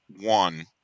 one